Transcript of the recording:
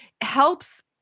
helps